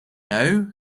know